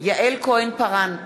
יעל כהן-פארן,